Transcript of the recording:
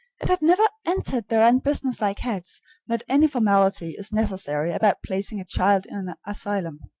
it had never entered their unbusinesslike heads that any formality is necessary about placing a child in an asylum.